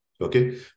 Okay